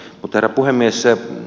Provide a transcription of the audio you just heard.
herra puhemies